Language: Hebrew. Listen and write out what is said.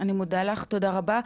אני מודה לך, תודה רבה.